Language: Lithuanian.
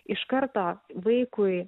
iš karto vaikui